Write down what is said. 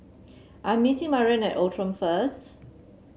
I am meeting Maren at Outram first